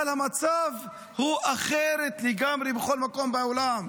אבל המצב הוא אחר לגמרי בכל מקום בעולם.